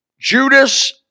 Judas